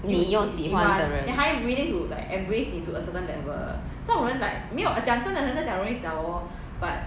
你又喜欢的人